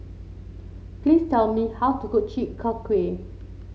please tell me how to cook Chi Kak Kuih